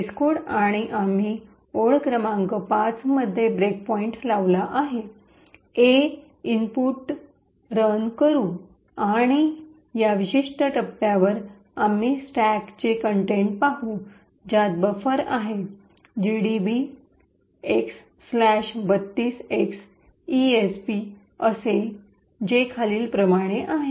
test code आणि आम्ही ओळ क्रमांक 5 मध्ये ब्रेकपॉईंट लावला आणि A इनपुटने रन करू आणि या विशिष्ट टप्प्यावर आम्ही स्टॅकची कंटेंट पाहू ज्यात बफर आहे gdb x 32x esp असेल जे खालीलप्रमाणे आहे